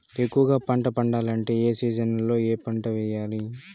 ఎక్కువగా పంట పండాలంటే ఏ సీజన్లలో ఏ పంట వేయాలి